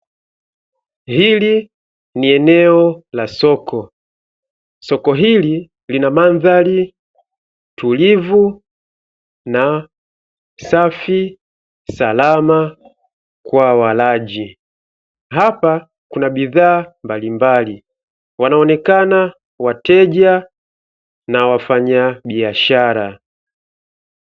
Hili ni eneo la soko, soko hili lina mandhari tulivu na safi, salama kwa walaji, hapa kuna bidhaa mbalimbali, wanaonekana wateja na wafanyabiashara.